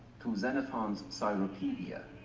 to xenophon's cyropaedia,